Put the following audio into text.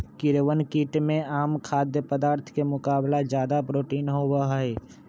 कीड़वन कीट में आम खाद्य पदार्थ के मुकाबला ज्यादा प्रोटीन होबा हई